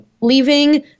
leaving